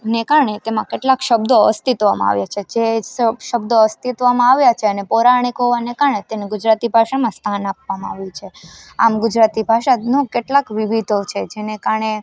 ને કારણે તેમાં કેટલાક શબ્દો અસ્તિત્વમાં આવે છે જે સ શબ્દો અસ્તિત્વમાં આવ્યા છે અને પૌરાણીક હોવાને કારણે તેને ગુજરાતી ભાષામાં સ્થાન આપવામાં આવ્યું છે આમ ગુજરાતી ભાષાનો કેટલાક વિવિધો છે જેને કારણે